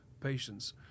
patients